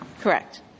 Correct